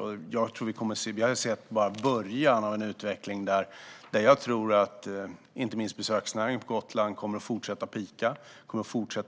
Vi har bara sett början av en utveckling där jag tror att besöksnäringen på Gotland kommer att fortsätta att peaka